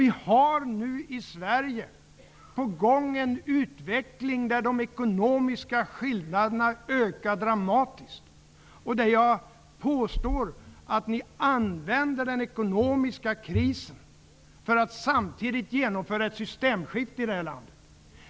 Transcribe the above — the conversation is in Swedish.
Vi har nu i Sverige på gång en utveckling där de ekonomiska skillnaderna ökar dramatiskt och där jag påstår att ni använder den ekonomiska krisen för att samtidigt genomföra ett systemskifte i det här landet.